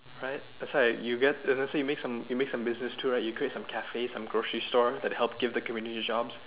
right that's why you get so let's say you make some you make some business too right you create some cafes some grocery store that help give the community jobs